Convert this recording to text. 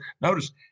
notice